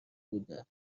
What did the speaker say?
بوده